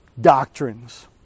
doctrines